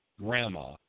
grandma